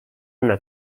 una